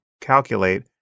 calculate